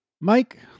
Mike